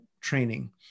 training